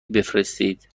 بفرستید